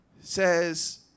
says